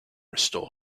restore